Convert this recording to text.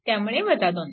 त्यामुळे 2